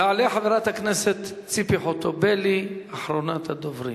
תעלה חברת הכנסת ציפי חוטובלי, אחרונת הדוברים.